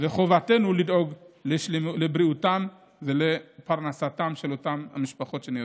חובתנו לדאוג לבריאותן ולפרנסתן של אותן משפחות ההרוגים.